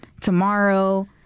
tomorrow